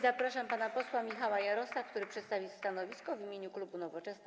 Zapraszam pana posła Michała Jarosa, który przedstawi stanowisko w imieniu klubu Nowoczesna.